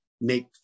make